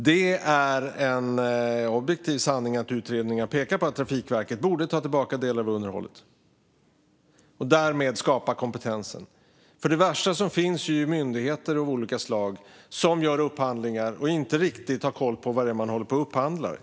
Det är en objektiv sanning att utredningar pekar på att Trafikverket borde ta tillbaka delar av underhållet och därmed skapa kompetensen. Det värsta som finns är ju myndigheter av olika slag som gör upphandlingar utan att riktigt ha koll på vad det är man upphandlar.